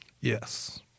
Yes